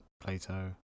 Plato